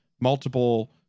multiple